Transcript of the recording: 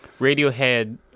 Radiohead